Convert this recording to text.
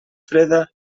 freda